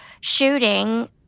shooting